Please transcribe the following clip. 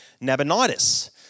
Nabonidus